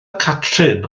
catrin